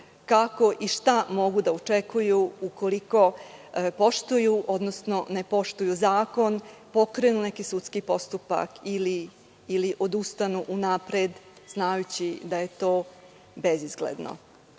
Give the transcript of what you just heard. kako i šta mogu da očekuju ukoliko poštuju, odnosno ne poštuju zakon, pokrenu neki sudski postupak ili odustanu unapred znajući da je to bezizgledno.